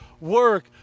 work